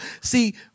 See